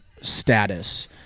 status